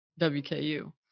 WKU